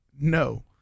No